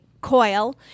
Coil